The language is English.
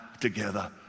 together